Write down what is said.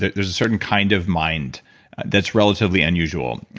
there's a certain kind of mind that's relatively unusual,